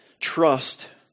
Trust